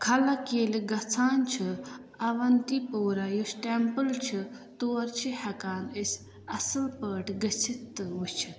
خلق ییٚلہِ گژھان چھِ اَوَنتی پورہ یُس ٹٮ۪مپٕل چھِ تور چھِ ہٮ۪کان أسۍ اَصٕل پٲٹھۍ گٔژھِتھ تہٕ وٕچھِتھ